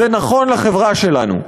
זה נכון לחברה שלנו.